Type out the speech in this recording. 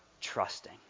trusting